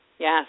Yes